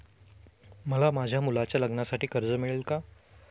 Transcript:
मला माझ्या मुलाच्या लग्नासाठी कर्ज मिळेल का?